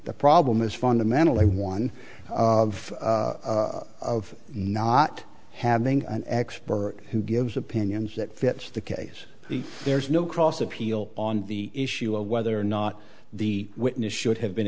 the problem is fundamentally one of of not having an expert who gives opinions that fit the case there's no cross appeal on the issue of whether or not the witness should have been